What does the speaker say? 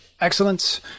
Excellence